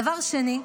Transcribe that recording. דבר שני,